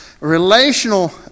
relational